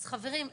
חברים,